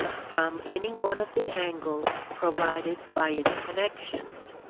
from any one of the angles provided by its connections.